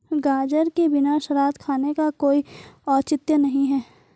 गाजर के बिना सलाद खाने का कोई औचित्य नहीं है